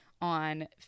on